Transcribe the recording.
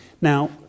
Now